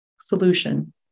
solution